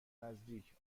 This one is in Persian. نزدیک